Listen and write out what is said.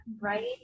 right